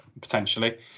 potentially